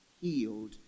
healed